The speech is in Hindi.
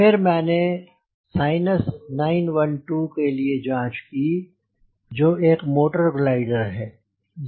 फिर मैंने साइनस 912 के लिए की जांच की जो एक मोटर ग्लाइडर है